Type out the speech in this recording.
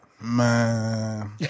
Man